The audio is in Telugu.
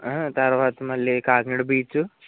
తర్వాత మళ్ళీ కాకినాడ బీచు